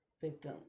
victim